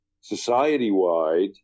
society-wide